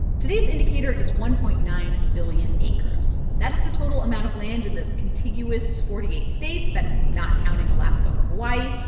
today's indicator is one point nine billion acres. that is the total amount of land in the contiguous forty eight states. that is not counting alaska or hawaii.